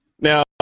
Now